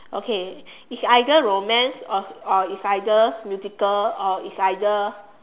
okay it's either romance or or it's either musical or it's either